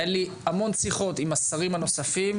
היו לי המון שיחות עם השרים הנוספים,